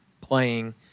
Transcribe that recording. playing